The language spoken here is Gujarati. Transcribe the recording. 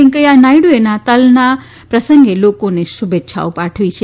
વેંકૈયા નાયડુએ નાતાલના પ્રસંગે લોકોને શુભેચ્છા પાઠવી છે